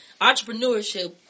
Entrepreneurship